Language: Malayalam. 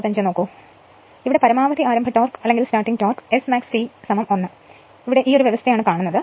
അതിനാൽ പരമാവധി ആരംഭ ടോർക് Smax T 1 ഈ വ്യവസ്ഥയിൽ നേടുന്നു